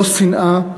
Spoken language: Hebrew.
לא שנאה.